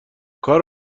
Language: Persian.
کار